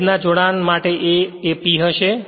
lab ના જોડાણ માટે A એ P હશે